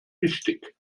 wichtig